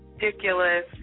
ridiculous